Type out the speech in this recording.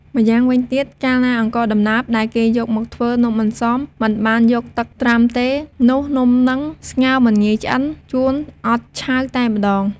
ម្យ៉ាងវិញទៀតកាលណាអង្ករដំណើបដែលគេយកមកធ្វើនំអន្សមមិនបានយកទឹកត្រាំទេ នោះនំហ្នឹងស្ងោរមិនងាយឆ្អិន ជួនអត់ឆៅតែម្តង។